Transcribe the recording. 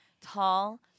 Tall